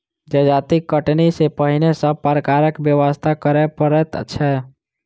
जजाति कटनी सॅ पहिने सभ प्रकारक व्यवस्था करय पड़ैत छै